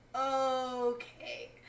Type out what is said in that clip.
okay